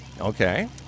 Okay